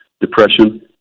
Depression